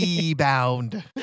rebound